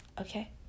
Okay